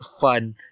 fun